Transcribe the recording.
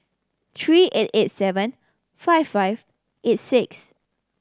three eight eight seven five five eight six